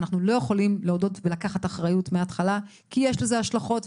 אנחנו לא יכולים להודות ולקחת אחריות מההתחלה כי יש לזה השלכות.